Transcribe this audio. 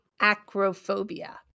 acrophobia